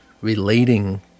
relating